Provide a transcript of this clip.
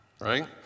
right